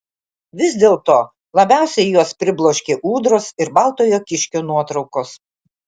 vis dėlto labiausiai juos pribloškė ūdros ir baltojo kiškio nuotraukos